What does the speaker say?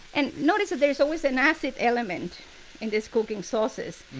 and notice there is always an acid element in these cooking sauces.